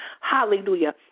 hallelujah